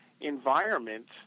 environment